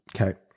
okay